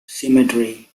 cemetery